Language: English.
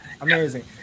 Amazing